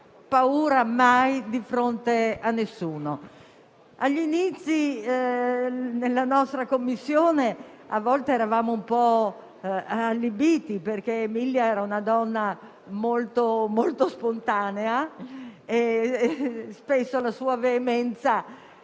paura di fronte a nessuno. Agli inizi, nella nostra Commissione, a volte eravamo un po' allibiti, perché Emilia era una donna molto spontanea e spesso la sua veemenza